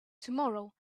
tomorrow